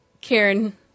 Karen